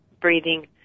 breathing